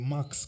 Max